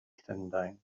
llundain